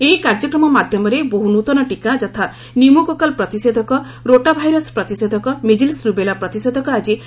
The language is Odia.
ଏହି କାର୍ଯ୍ୟକ୍ରମର ମାଧ୍ୟମରେ ବହୁ ନୃତନ ଟୀକା ଯଥା ନ୍ୟୁମୋକୋକାଲ୍ ପ୍ରତିଷେଧକ ରୋଟାଭାଇରସ୍ ପ୍ରତିଷେଧକ ମିଜିଲାସ୍ ରୁବେଲା ପ୍ରତିଷେଧକ ଆଜି ଆରମ୍ଭ କରାଯାଇଛି